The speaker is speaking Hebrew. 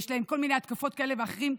יש להם כל מיני התקפות כאלה ואחרות,